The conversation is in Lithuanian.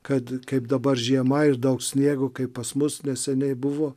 kad kaip dabar žiema ir daug sniego kaip pas mus neseniai buvo